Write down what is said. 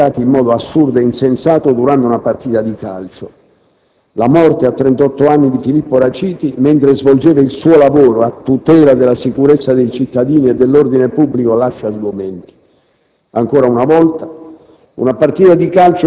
Ancora una volta una giovane vita è stata stroncata in modo assurdo e insensato durante una partita di calcio. La morte, a trentotto anni, di Filippo Raciti, mentre svolgeva il suo lavoro a tutela della sicurezza dei cittadini e dell'ordine pubblico, lascia sgomenti.